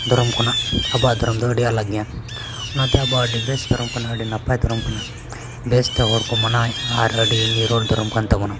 ᱫᱷᱚᱨᱚᱢ ᱠᱷᱚᱱᱟᱜ ᱟᱵᱚᱣᱟᱜ ᱫᱷᱚᱨᱚᱢ ᱫᱚ ᱟᱹᱰᱤ ᱟᱞᱟᱜ ᱜᱮᱭᱟ ᱚᱱᱟᱛᱮ ᱟᱵᱚᱣᱟᱜ ᱟᱹᱰᱤ ᱵᱮᱥ ᱫᱷᱚᱨᱚᱢ ᱠᱟᱱᱟ ᱟᱹᱰᱤ ᱱᱟᱯᱟᱭ ᱫᱷᱚᱨᱚᱢ ᱠᱟᱱᱟ ᱵᱮᱥᱥᱛᱮ ᱦᱚᱲᱠᱚ ᱢᱟᱱᱟᱣᱮᱫᱼᱟ ᱟᱨ ᱟᱹᱰᱤ ᱱᱤᱨᱚᱲ ᱫᱷᱚᱨᱚᱢ ᱠᱟᱱ ᱛᱟᱵᱚᱱᱟ